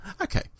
okay